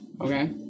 Okay